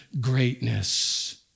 greatness